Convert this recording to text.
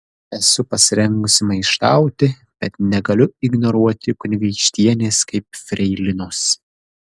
esu pasirengusi maištauti bet negaliu ignoruoti kunigaikštienės kaip freilinos